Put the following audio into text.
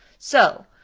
so